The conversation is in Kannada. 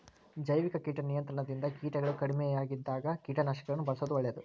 ಜೈವಿಕ ಕೇಟ ನಿಯಂತ್ರಣದಿಂದ ಕೇಟಗಳು ಕಡಿಮಿಯಾಗದಿದ್ದಾಗ ಕೇಟನಾಶಕಗಳನ್ನ ಬಳ್ಸೋದು ಒಳ್ಳೇದು